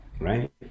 right